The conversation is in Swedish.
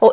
Vi